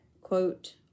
quote